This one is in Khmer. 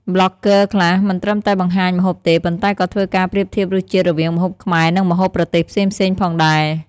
ប្លុកហ្គើខ្លះមិនត្រឹមតែបង្ហាញម្ហូបទេប៉ុន្តែក៏ធ្វើការប្រៀបធៀបរសជាតិរវាងម្ហូបខ្មែរនិងម្ហូបប្រទេសផ្សេងៗផងដែរ។